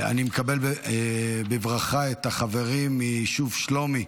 אני מקבל בברכה את החברים מהיישוב שלומי,